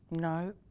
No